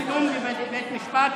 צילום בבית המשפט),